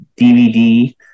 DVD